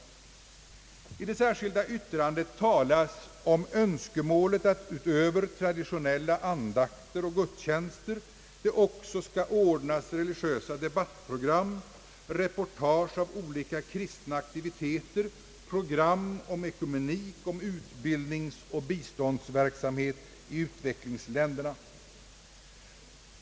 I det särskilda yttrandet nr 3 talas om önskemålet att utöver traditionella andakter och gudstjänster det också skall ordnas religiösa debattprogram, reportage om olika kristna aktiviteter, program om ekumenik, om utbildningsoch biståndsverksamhet i utvecklingsländerna o. s. v.